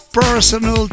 personal